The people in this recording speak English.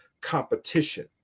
competition